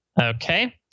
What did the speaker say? Okay